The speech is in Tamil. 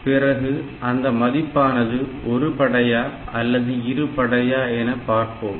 பிறகு அந்த மதிப்பானது ஒரு படையா அல்லது இரு படையா என பார்ப்போம்